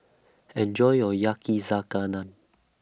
Enjoy your Yakizakana